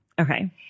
Okay